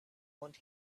want